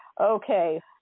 Okay